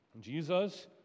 Jesus